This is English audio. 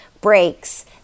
breaks